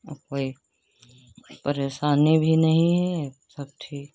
और कोई परेशानी भी नहीं है सब ठीक